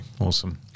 Awesome